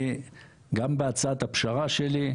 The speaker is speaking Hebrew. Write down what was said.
גם בהצעת הפשרה שלי,